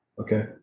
okay